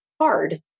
hard